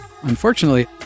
Unfortunately